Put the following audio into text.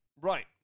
right